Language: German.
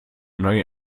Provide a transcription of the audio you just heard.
neue